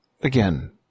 Again